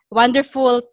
wonderful